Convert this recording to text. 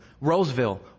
Roseville